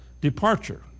departure